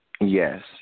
Yes